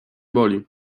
boli